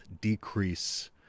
decrease